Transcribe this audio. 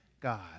God